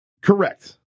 Correct